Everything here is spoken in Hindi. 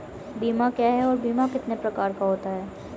बीमा क्या है और बीमा कितने प्रकार का होता है?